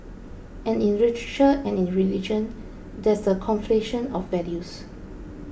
and in literature and in religion there's a conflation of values